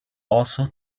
also